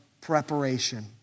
preparation